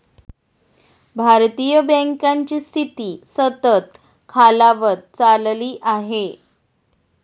भारतीय बँकांची स्थिती सतत खालावत चालली आहे